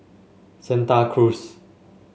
Santa Cruz